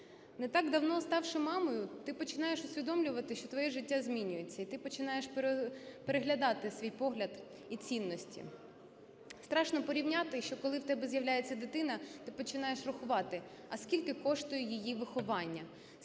не так давно ставши мамою, ти починаєш усвідомлювати, що твоє життя змінюється і ти починаєш переглядати свій погляд і цінності. Страшно порівняти, що коли в тебе з'являється дитина, ти починаєш рахувати, а скільки коштує її виховання,